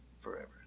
forever